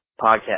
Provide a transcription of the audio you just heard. podcast